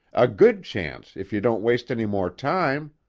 a good chance if you don't waste any more time!